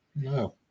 no